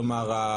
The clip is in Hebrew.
כלומר,